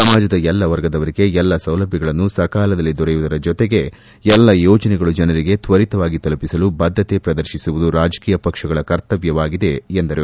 ಸಮಾಜದ ಎಲ್ಲಾ ವರ್ಗದವರಿಗೆ ಎಲ್ಲಾ ಸೌಲಭ್ಯಗಳು ಸಕಾಲದಲ್ಲಿ ದೊರೆಯುವುದರ ಜೊತೆಗೆ ಎಲ್ಲಾ ಯೋಜನೆಗಳು ಜನರಿಗೆ ತ್ವರಿತವಾಗಿ ತಲುಪಿಸಲು ಬದ್ದತೆ ಪ್ರದರ್ಶಿಸುವುದು ರಾಜಕೀಯ ಪಕ್ಷಗಳ ಕರ್ತವ್ಲವಾಗಿದೆ ಎಂದರು